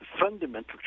fundamental